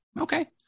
Okay